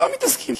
לא מתעסקים.